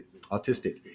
autistic